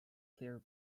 clear